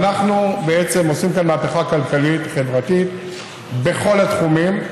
אנחנו בעצם עושים כאן מהפכה כלכלית-חברתית בכל התחומים.